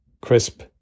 crisp